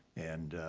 and